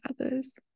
others